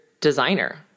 designer